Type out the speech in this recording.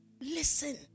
listen